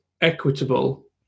equitable